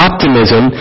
Optimism